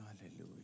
hallelujah